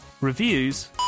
Reviews